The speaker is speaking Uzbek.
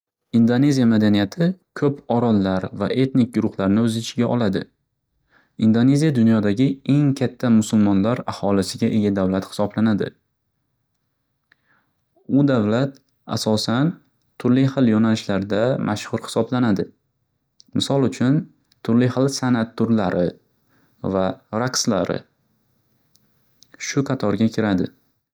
Indoneziya madaniyati ko'p orollar va etnik guruhlarni o'z ichiga oladi. Indoneziya dunyodagi eng katta musulmonlar aholisiga ega davlat hisoblanadi. U davlat asosan turli xil yo'nalishlarda mashxur hisoblanadi. Misol uchun turli xil san'at turlari va raqslari shu qatorga kiradi.